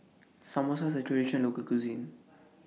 Samosa IS A Traditional Local Cuisine